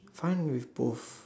fine with both